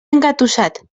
engatussat